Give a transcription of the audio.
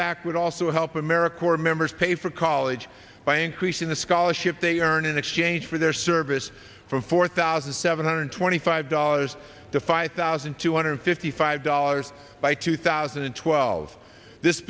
give act would also help america core members pay for college by increasing the scholarship they earn in exchange for their service for four thousand seven hundred twenty five dollars to five thousand two hundred fifty five dollars by two thousand and twelve this